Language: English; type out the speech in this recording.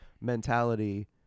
mentality